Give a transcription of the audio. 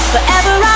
Forever